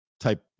type